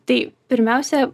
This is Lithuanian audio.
tai pirmiausia